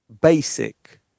basic